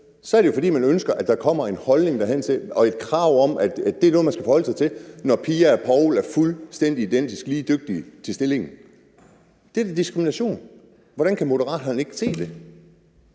er det jo, fordi man ønsker, at der kommer en holdning om og et krav om, at det er noget, man skal forholde sig til, når Pia og Poul er fuldstændig lige dygtige til stillingen. Det er da diskrimination. Hvordan kan Moderaterne ikke se det?